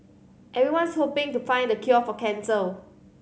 everyone's hoping to find the cure for cancer